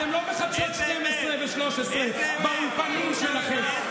אתם לא בחדשות 12 ו-13, באולפנים שלכם.